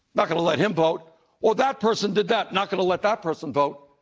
not going to let him vote or that person did that. not going to let that person vote.